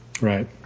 Right